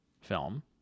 film